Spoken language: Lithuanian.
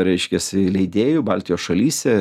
reiškiasi leidėjų baltijos šalyse